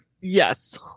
Yes